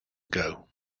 ago